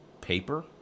paper